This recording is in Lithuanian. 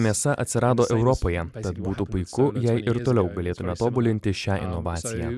mėsa atsirado europoje tad būtų puiku jei ir toliau galėtume tobulinti šią inovaciją